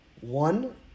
one